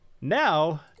Now